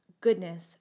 goodness